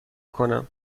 کنم